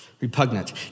Repugnant